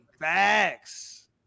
Facts